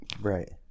right